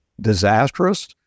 disastrous